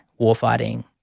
warfighting